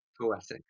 poetics